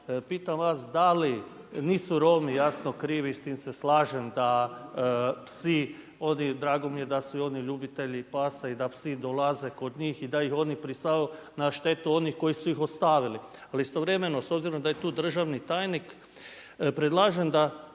pitam vas, da li, nisu Romi jasno krivi, s tim se slažem da psi…/Govornik se ne razumije./… drago mi je da su i oni ljubitelji pasa i da psi dolaze kod njih i da ih oni…/Govornik se ne razumije./…na štetu onih koji su ostavili. Ali istovremeno, s obzirom da je tu državni tajnik, predlažem da